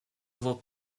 vos